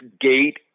gate